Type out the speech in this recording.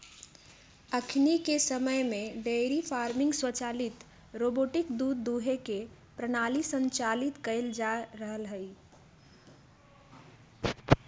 अखनिके समय में डेयरी फार्मिंग स्वचालित रोबोटिक दूध दूहे के प्रणाली संचालित कएल जा रहल हइ